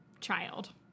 Child